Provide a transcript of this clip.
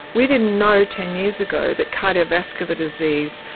we didn't know ten years ago that cardiovascular disease,